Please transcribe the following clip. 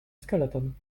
skeleton